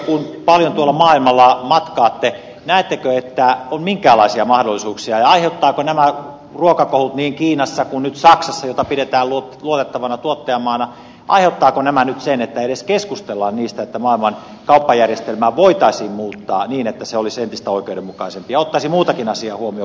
näettekö kun paljon tuolla maailmalla matkaatte onko minkäänlaisia mahdollisuuksia ja aiheuttavatko nämä ruokakohut niin kiinassa kuin nyt saksassa jota pidetään luotettavana tuottajamaana nyt sen että edes keskustellaan siitä että maailman kauppajärjestelmää voitaisiin muuttaa niin että se olisi entistä oikeudenmukaisempi ja ottaisi muutkin asiat huomioon kuin pelkän bulkin